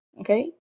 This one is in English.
Okay